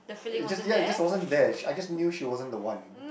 it just ya it just wasn't there she I just knew she wasn't the one